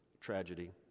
tragedy